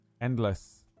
Endless